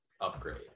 upgrade